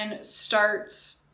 starts